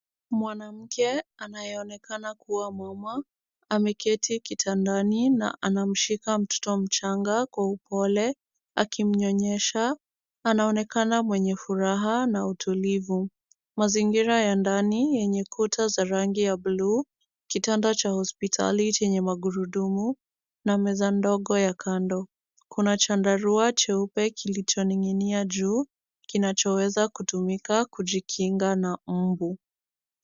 Mwanamke anayeonekana kuwa mama, ameketi kitandani na anamshika mtoto mchanga kwa upole akimnyonyesha. Anaonekana mwenye furaha na utulivu. Mazingira ya ndani enye kuta za rangi ya bluu, kitanda cha hospitali chenye magurudumu na meza ndogo ya kando. Kuna chandarua cheupe kilichoning'inia juu kinacho weza kutumika kujinginga na mbu.